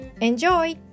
Enjoy